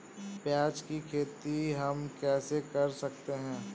प्याज की खेती हम कैसे कर सकते हैं?